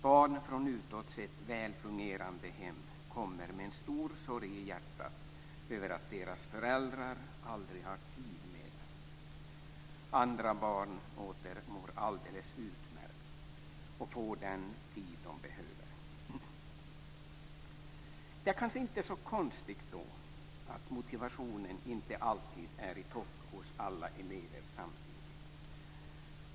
Barn från utåt sett väl fungerande hem kommer med en stor sorg i hjärtat över att deras föräldrar aldrig har tid med dem. Andra barn mår alldeles utmärkt och får den tid de behöver. Det är då kanske inte så konstigt att motivationen inte alltid är i topp hos alla elever samtidigt.